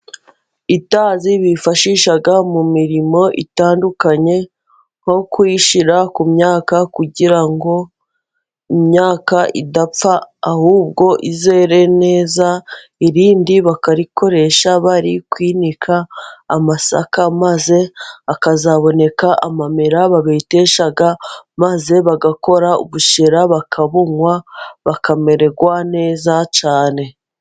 Itazi bifashisha mu mirimo itandukanye, nko kurishyira ku myaka, kugira ngo imyaka idapfa ahubwo izere neza, irindi bakarikoresha bari kwinika amasaka, maze akazaboneka amamera babetesha, maze bagakora ubushera bakabunywa bakamererwa neza cyane.